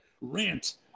rant